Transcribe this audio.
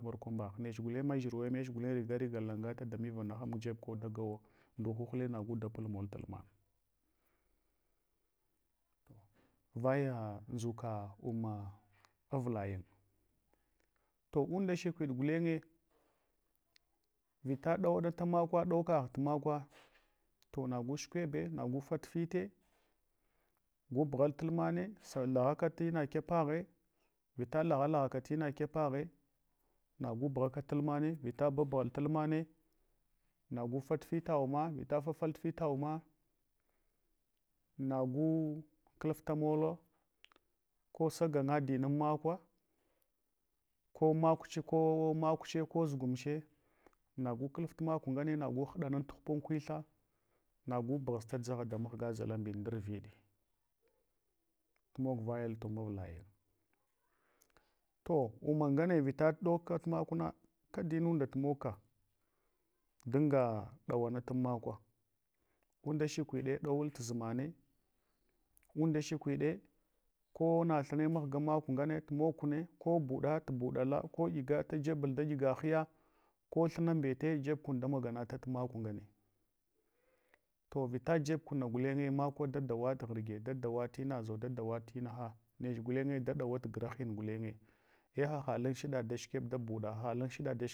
Markwambagh, nech yulenma dʒirwemech gulen riga rigal langata da mivin na hambu jeb ko dagawo. Nduhuhulin nagu da pul mpl tulman. To vaya ndʒuka umma avla yin. To unda shakwiɗ gulenye, vita ɗawanata makwa ɗau kagh tu makwa to nagu shukwabe nagu fat fite, gu bughal tul mane, sa laghaka tina kyapaghe, vita lagha laghaka tina kyapaghe, nagu bughaka tul mane, vita babughal lulmane, nagu fat fita umma vita fafal tu fita umma, nagu klafta molo, ko saganinga dinan makwa, ko makuche ko zugumche nagu klaff ma ku ngane nagu nɗanat hupan klaft ma ku ngane nagu hɗant hupan kwitha nagu ɓughasta dzagha da mahgu zalambun ndarviɗ tuma vayal tuma avlayin. To umma ngane vita tuɗaukat makuna, kada inunda tumogka, dunga ɗawantan makwa, gunda shakwiɗe ɗowid tuʒumane, unda shakwiɗe ko na thine mahgan makungane tu mog kune, ko buɗa tu ɓuɗala, ka ɗyiga ta jebl taɗyiga hiya, ko thuna mbete tu jeb kun damaganata tu maku ngine to vita jeb kunna gulenye makwe da dawaf ghirge, dadawat inaʒo da dawatinaka anch gulenye da ɗauwat grahin gulenye, ei hahaɗ kan shuɗaɗ dashukeb da buɗa haha lan shuɗad da shikeb.